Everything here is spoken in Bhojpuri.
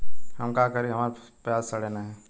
हम का करी हमार प्याज सड़ें नाही?